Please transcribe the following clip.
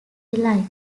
like